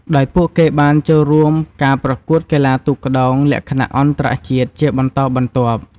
ដោយពួកគេបានចូលរួមការប្រកួតកីឡាទូកក្ដោងលក្ខណៈអន្តរជាតិជាបន្តបន្ទាប់។